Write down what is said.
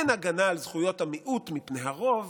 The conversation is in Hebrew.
אין הגנה על זכויות המיעוט מפני הרוב,